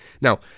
Now